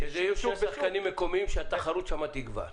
כשזה יהיה שוק עם שחקנים מקומיים שהתחרות שם תגבר.